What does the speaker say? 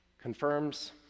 confirms